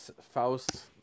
Faust